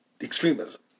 extremism